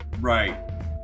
Right